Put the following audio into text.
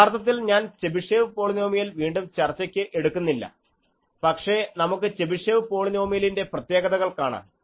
യഥാർത്ഥത്തിൽ ഞാൻ Chebyshev polynomial വീണ്ടും ചർച്ചയ്ക്ക് എടുക്കുന്നില്ല പക്ഷേ നമുക്ക് ചെബിഷേവ് പോളിനോമിയലിൻറെ പ്രത്യേകതകൾ കാണാം